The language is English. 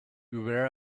where